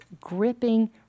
gripping